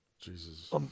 Jesus